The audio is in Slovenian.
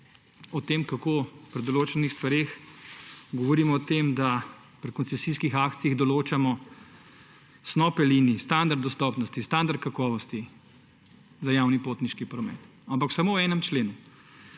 o tem kako pri določenih stvareh govorimo o tem, da pri koncesijskih aktih določamo snope linij, standard dostopnosti, standard kakovosti za javni potniški promet, ampak samo v enem členu.